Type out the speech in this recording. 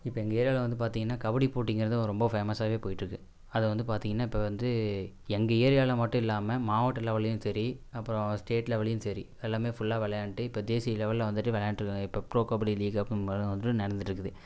இப்போ எங்கள் ஏரியாவில் வந்து பார்த்தீங்கன்னா கபடி போட்டிங்கிறது ஒரு ஃபேமஸ்ஸாகவே போயிட்டு இருக்குது அது வந்து பார்த்தீங்கன்னா இப்போ வந்து எங்கள் ஏரியாவில் மட்டும் இல்லாமல் மாவட்ட லெவல்லையும் சரி அப்புறம் ஸ்டேட் லெவல்லையும் சரி எல்லாமே ஃபுல்லா விளையாண்ட்டு இப்போ தேசிய லெவலில் வந்துகிட்டு விளையாண்ட்டு இருக்காங்கள் இப்போ ப்ரோ கபடி லீக் அப்படின்ன மாதிரி வந்துகிட்டு நடந்துகிட்டு இருக்குது